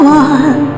one